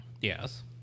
Yes